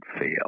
fail